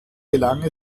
gelang